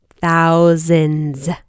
Thousands